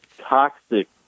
toxic